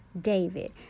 David